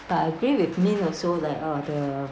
I agree with min also that uh the